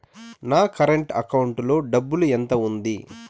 నా current account లో డబ్బులు ఎంత ఉంది?